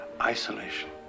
isolation